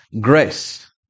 Grace